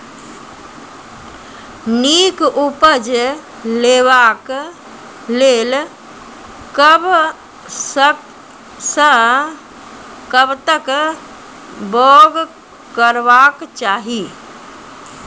नीक उपज लेवाक लेल कबसअ कब तक बौग करबाक चाही?